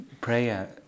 prayer